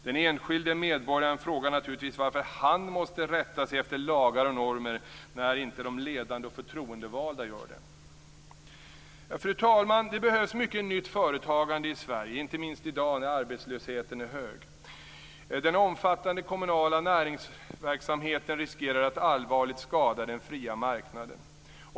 Den enskilde medborgaren frågar naturligtvis varför han måste rätta sig efter lagar och normer när de ledande och förtroendevalda inte gör det. Fru talman! Det behövs mycket nytt företagande i Sverige, inte minst i dag när arbetslösheten är hög. Den omfattande kommunala näringsverksamheten riskerar att allvarligt skada den fria marknaden.